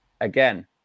Again